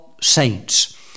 saints